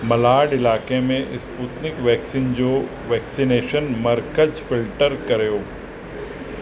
मलाड इलािक़े में Sputnik vaccine जो वैक्सनेशन मर्कज़ु फिल्टर करियो